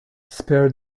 spare